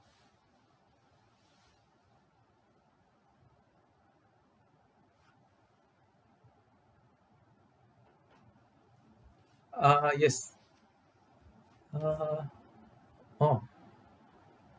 ah ah yes uh orh